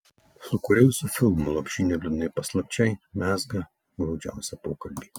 su kuriuo jūsų filmu lopšinė liūdnai paslapčiai mezga glaudžiausią pokalbį